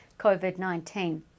COVID-19